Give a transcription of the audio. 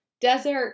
desert